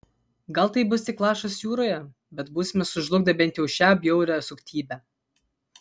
gal tai bus tik lašas jūroje bet būsime sužlugdę bent jau šią bjaurią suktybę